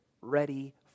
ready